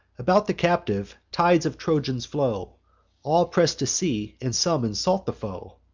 about the captive, tides of trojans flow all press to see, and some insult the foe.